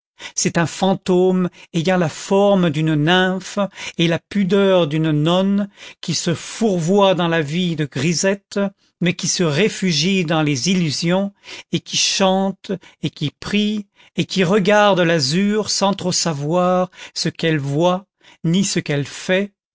c'est un fantôme ayant la forme d'une nymphe et la pudeur d'une nonne qui se fourvoie dans la vie de grisette mais qui se réfugie dans les illusions et qui chante et qui prie et qui regarde l'azur sans trop savoir ce qu'elle voit ni ce qu'elle fait